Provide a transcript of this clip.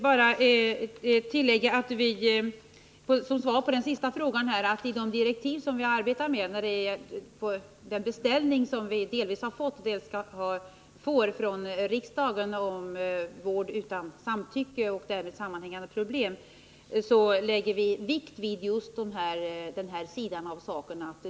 Herr talman! Jag vill som svar på den sista frågan bara tillägga att vi i de direktiv som vi arbetar med när det gäller den beställning som vi delvis fått och delvis kommer att få från riksdagen om vård utan samtycke och därmed sammanhängande problem lägger stor vikt vid just den här sidan av saken.